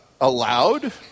allowed